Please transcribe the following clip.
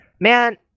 Man